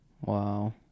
wow